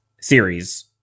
series